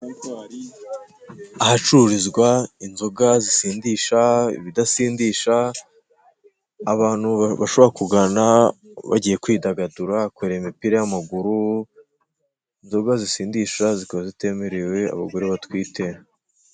Ahacururizwa inzoga zisindisha ibidasindisha abantu bashobora kugana bagiye kwidagadura kureba imipira y'amaguru inzoga zisindisha zikaba zitemerewe abagore batwite.